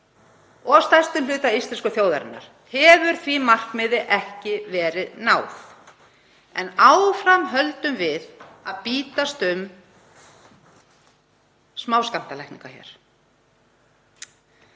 stærsta hluta íslensku þjóðarinnar, hefur síðasta markmiðinu ekki verið náð. En áfram höldum við að bítast um smáskammtalækningar hér.